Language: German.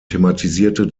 thematisierte